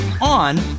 on